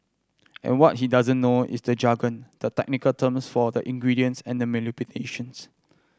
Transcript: and what he doesn't know is the jargon the technical terms for the ingredients and manipulations